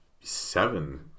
seven